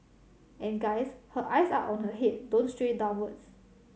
and guys her eyes are on her head don't stray downwards